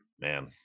man